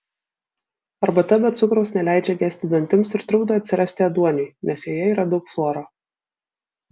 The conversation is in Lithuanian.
arbata be cukraus neleidžia gesti dantims ir trukdo atsirasti ėduoniui nes joje yra daug fluoro